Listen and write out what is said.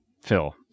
Phil